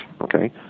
okay